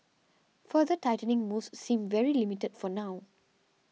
further tightening moves seem very limited for now